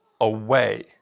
away